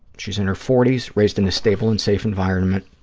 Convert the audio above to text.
she's in her forty s, raised in a stable and safe environment.